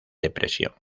depresión